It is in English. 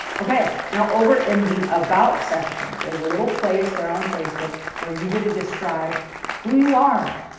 okay now over in the about section, there's a little place there on facebook where you get to describe who you are.